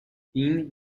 این